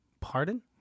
Pardon